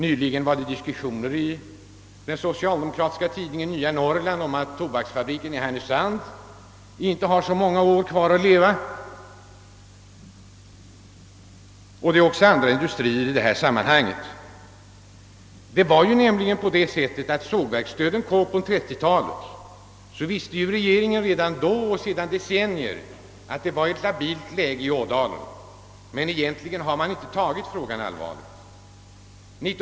Nyligen diskuterades i den socialdemokratiska tidningen Nya Norrland att tobaksfabriken i Härnösand inte har så många år kvar att leva. även andra industrier är aktuella i detta sammanhang. När sågverksdöden kom på 1930-talet visste regeringen sedan decennier att läget i Ådalen var labilt, men egentligen tog man inte frågan allvarligt.